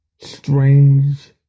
strange